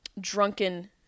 drunken